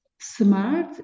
smart